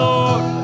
Lord